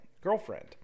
girlfriend